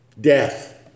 Death